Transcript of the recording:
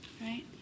Right